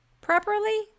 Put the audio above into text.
properly